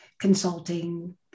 consulting